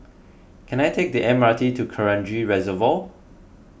can I take the M R T to Kranji Reservoir